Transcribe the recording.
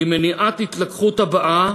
היא מניעת ההתלקחות הבאה